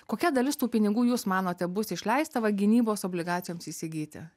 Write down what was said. kokia dalis tų pinigų jūs manote bus išleista va gynybos obligacijoms įsigyti